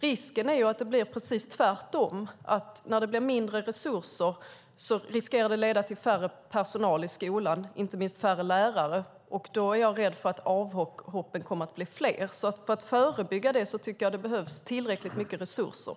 Risken är att det blir precis tvärtom: När det blir mindre resurser riskerar det att leda till mindre personal i skolan, inte minst färre lärare, och då är jag rädd för att avhoppen kommer att bli fler. För att förebygga det tycker jag att det behövs tillräckligt mycket resurser.